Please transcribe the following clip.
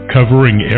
covering